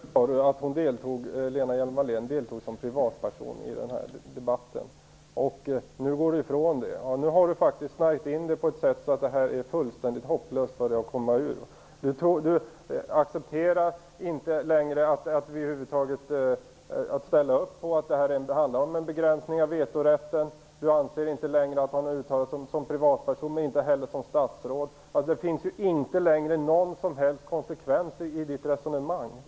Herr talman! Tidigare sade Mats Hellström att Lena Hjelm-Wallén deltog i debatten som privatperson. Nu går han ifrån det. Nu har faktiskt snärjt in sig på ett sätt som gör det fullständigt hopplöst för honom. Han ställer inte längre upp på att det handlar om en begränsning av vetorätten. Han anser inte längre att det var i egenskap av privatperson och inte heller som statsråd. Det finns inte längre någon som helst konsekvens i hans resonemang.